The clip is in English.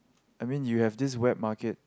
I mean you have this wet market